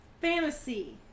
Fantasy